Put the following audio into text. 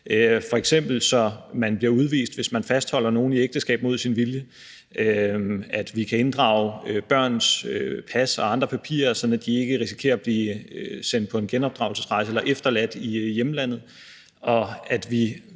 man f.eks. bliver udvist, hvis man fastholder nogen i ægteskab mod deres vilje, så vi kan inddrage børns pas og andre papirer, sådan at børnene ikke risikerer at blive sendt på en genopdragelsesrejse eller efterladt i hjemlandet,